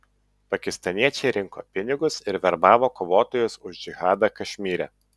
pakistaniečiai rinko pinigus ir verbavo kovotojus už džihadą kašmyre